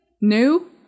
new